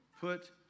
put